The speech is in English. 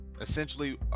essentially